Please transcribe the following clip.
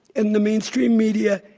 in the mainstream media,